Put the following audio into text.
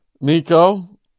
Nico